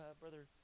Brother